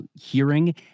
hearing